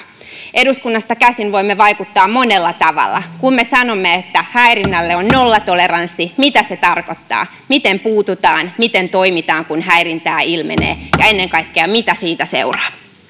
eduskunnasta käsin voimme vaikuttaa monella tavalla kun me sanomme että häirinnälle on nollatoleranssi mitä se tarkoittaa miten puututaan miten toimitaan kun häirintää ilmenee ja ennen kaikkea mitä siitä seuraa